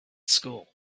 school